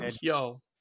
Yo